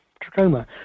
trachoma